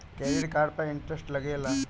Credit card पर interest लागेला?